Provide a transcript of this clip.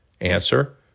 Answer